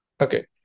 Okay